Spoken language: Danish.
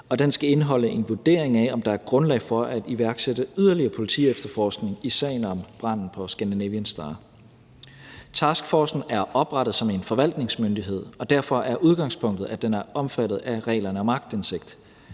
og den skal indeholde en vurdering af, om der er grundlag for at iværksætte yderligere politiefterforskning i sagen om branden på »Scandinavian Star«. Taskforcen er oprettet som en forvaltningsmyndighed, og derfor er udgangspunktet, at den er omfattet af reglerne om aktindsigt.